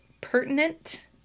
pertinent